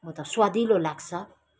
म त स्वादिलो लाग्छ